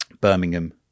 Birmingham